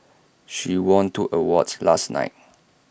she won two awards last night